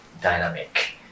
dynamic